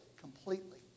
completely